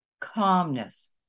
calmness